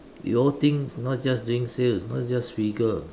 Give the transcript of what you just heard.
you all think not just doing sales not just figure